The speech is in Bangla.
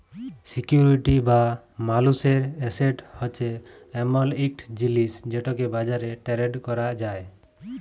সিকিউরিটি বা মালুসের এসেট হছে এমল ইকট জিলিস যেটকে বাজারে টেরেড ক্যরা যায়